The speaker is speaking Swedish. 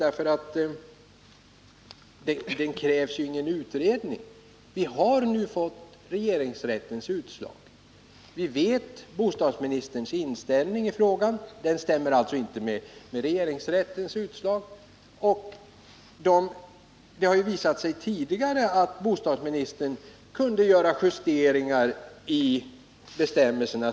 Det krävs ju ingen utredning i frågan. Vi har nu fått regeringsrättens utslag. Vi känner bostadsministerns inställning i frågan; den stämmer alltså inte med regeringsrättens utslag. Det har tidigare visat sig att bostadsministern kunnat göra justeringar i bestämmelserna.